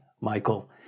Michael